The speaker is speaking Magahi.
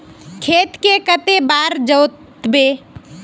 खेत के कते बार जोतबे?